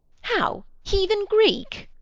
how! heathen greek?